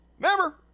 remember